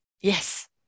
Yes